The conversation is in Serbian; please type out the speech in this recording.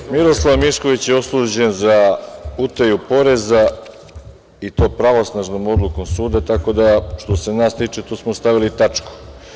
Prvo, Miroslav Mišković je osuđen za utaju poreza i to pravosnažnom odlukom suda, tako da što se nas tiče, tu smo stavili tačku.